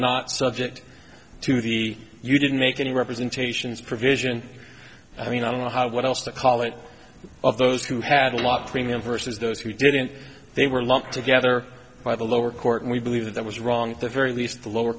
not subject to the you didn't make any representations provision i mean i don't know what else to call it of those who had locking them versus those who didn't they were lumped together by the lower court and we believe that that was wrong at the very least the lower